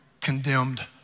condemned